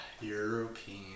European